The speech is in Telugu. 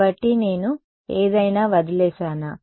కాబట్టి నేను ఏదైనా వదిలేశానా